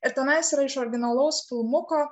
ir tenais yra iš originalaus filmuko